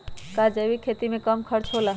का जैविक खेती में कम खर्च होला?